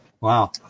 Wow